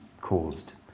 caused